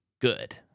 good